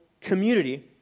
community